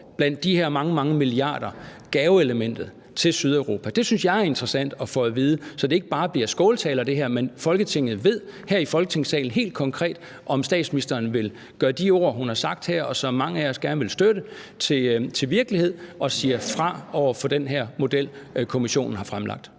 blandt de her mange, mange milliarder indgår gaveelementet til Sydeuropa? Det synes jeg er interessant at få at vide, så det her ikke bare bliver skåltaler, men så vi i Folketinget og her i Folketingssalen helt konkret ved, om statsministeren vil gøre de ord, som hun har sagt her, og som mange af os gerne vil støtte, til virkelighed, og siger fra over for den her model, som Kommissionen har fremlagt.